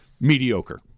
mediocre